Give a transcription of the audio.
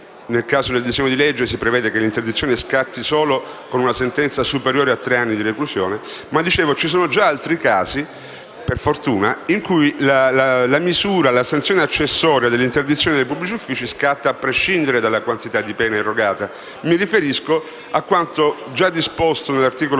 (nel caso del disegno di legge si prevede che l'interdizione scatti solo con una condanna superiore a tre anni di reclusione), la sanzione accessoria dell'interdizione dai pubblici uffici scatta a prescindere dalla quantità di pena erogata. Mi riferisco a quanto già disposto nell'articolo 317